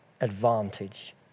advantage